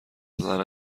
دادن